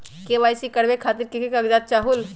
KYC करवे खातीर के के कागजात चाहलु?